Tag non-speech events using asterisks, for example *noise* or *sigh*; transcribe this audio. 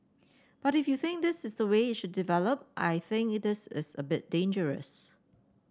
but if you think this is the way it should develop I think it is a *unintelligible* bit dangerous